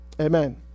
Amen